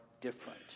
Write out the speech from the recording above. different